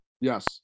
Yes